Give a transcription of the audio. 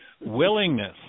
Willingness